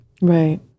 Right